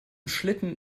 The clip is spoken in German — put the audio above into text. schlitten